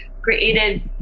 created